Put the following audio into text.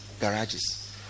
garages